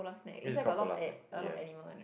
this is called Polar snack yes